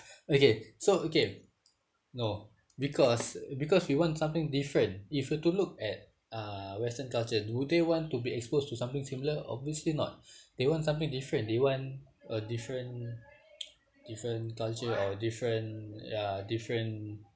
okay so okay no because because we want something different if you were to look at uh western culture do they want to be exposed to something similar obviously not they want something different they want a different different culture or different ya different